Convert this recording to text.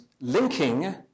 linking